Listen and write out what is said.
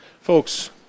Folks